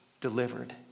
delivered